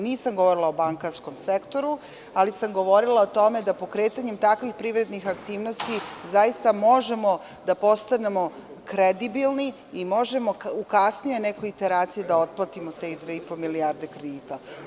Nisam govorila o bankarskom sektoru, ali sam govorila o tome da pokretanjem takvih privrednih aktivnosti zaista možemo da postanemo kredibilni i možemo u nekoj kasniji iteraciji da otplatimo te dve i po milijarde kredita.